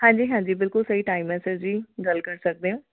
ਹਾਂਜੀ ਹਾਂਜੀ ਬਿਲਕੁਲ ਸਹੀ ਟਾਈਮ ਹੈ ਸਰ ਜੀ ਗੱਲ ਕਰ ਸਕਦੇ ਹੋ